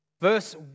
Verse